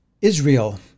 Israel